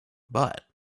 but